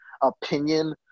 opinion